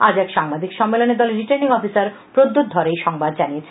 আজ এক সাংবাদিক সম্মেলনে দলের রিটার্নিং অফিসার প্রদ্যোত ধর এই সংবাদ জানিয়েছেন